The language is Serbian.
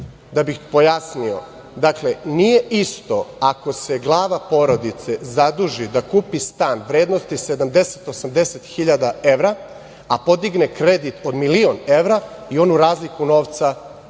da bih pojasnio. Nije isto ako se glava porodice zaduži da kupi stan vrednosti 70-80 hiljada evra a podigne kredit od milion evra i onu razliku novca